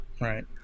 Right